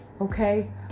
okay